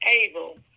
able